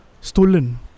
stolen